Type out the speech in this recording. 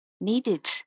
needed